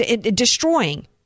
destroying